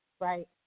right